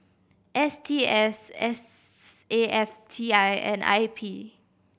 S T S S A F T I and I P